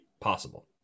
possible